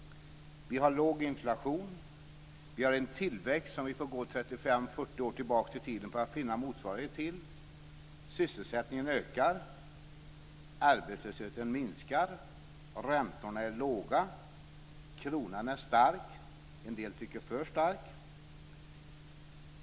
Vi har låg inflation. Vi har en tillväxt som vi får gå 35-40 år tillbaka i tiden för att finna motsvarighet till. Sysselsättningen ökar. Arbetslösheten minskar. Räntorna är låga. Kronan är stark - en del tycker att den är för stark.